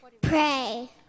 Pray